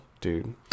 dude